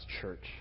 church